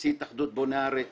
נשיא התאחדות בוני הארץ